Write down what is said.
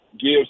gives